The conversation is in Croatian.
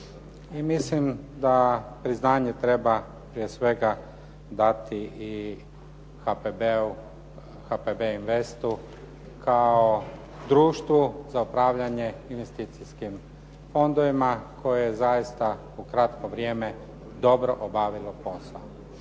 mislim da priznanje treba prije svega dati i HPB investu kao društvu za upravljanje investicijskim fondovima koje je zaista u kratko vrijeme dobro obavilo posao.